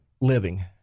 living